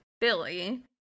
Billy